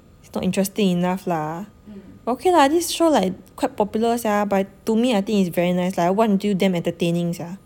it's not interesting enough lah but okay lah this show like quite popular sia but to me I think it's very nice lah I watch until damn them entertaining sia